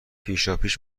پیشاپیش